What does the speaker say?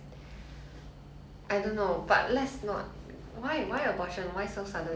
!wow! okay but I don't know what's the abortion word in chinese